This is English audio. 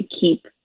keep